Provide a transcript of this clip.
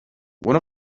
one